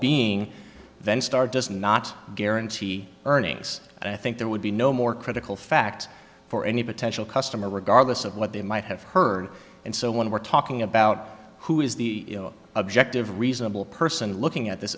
being then star does not guarantee earnings and i think there would be no more critical fact for any potential customer regardless of what they might have heard and so when we're talking about who is the objective reasonable person looking at this